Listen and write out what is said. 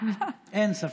אין ספק.